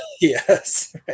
Yes